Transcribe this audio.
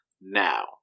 now